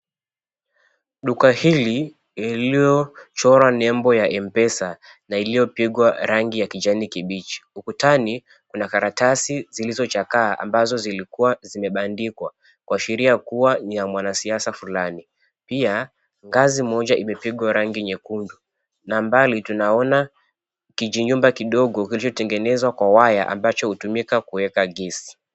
Duka hili lililochorwa nembo ya M-PESA na iliyopigwa rangi ya kijani kibichi. Ukutani, kuna karatasi zilizochakaa ambazo zilikuwa zimebandikwa kuashiria kuwa ni ya mwanasiasa fulani. Pia ngazi moja imepigwa rangi nyekundu. Na mbali tunaona kijinyumba kidogo kilichotengenezwa kwa waya ambacho hutumika kuweka gesi.